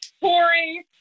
pouring